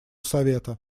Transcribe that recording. совета